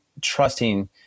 trusting